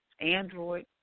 Android